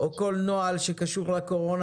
-- או כל נוהל שקשור לקורונה,